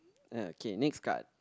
uh okay next card